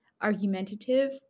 argumentative